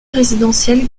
résidentielle